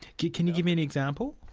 can you give me an example?